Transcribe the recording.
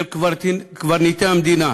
של קברניטי המדינה,